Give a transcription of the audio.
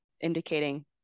indicating